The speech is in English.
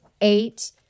eight